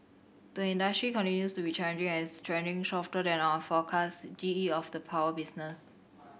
the industry continues to be challenging and is trending softer than our forecast G E of the power business